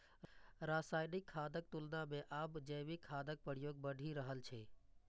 रासायनिक खादक तुलना मे आब जैविक खादक प्रयोग बढ़ि रहल छै